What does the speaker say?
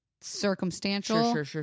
circumstantial